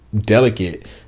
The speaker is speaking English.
delicate